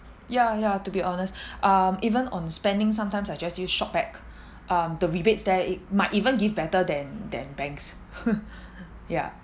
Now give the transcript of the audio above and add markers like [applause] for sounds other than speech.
ya ya to be honest [breath] um even on spending sometimes I just use Shopback [breath] um the rebates there it might even give better than than banks [laughs] ya